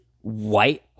white